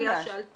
זו סוגיה שעלתה